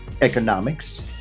economics